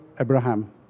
Abraham